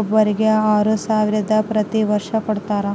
ಒಬ್ಬರಿಗೆ ಆರು ಸಾವಿರ ಪ್ರತಿ ವರ್ಷ ಕೊಡತ್ತಾರೆ